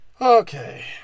Okay